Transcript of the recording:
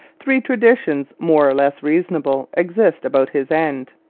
three traditions, more or less reasonable, exist about his end.